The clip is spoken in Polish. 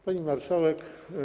Pani Marszałek!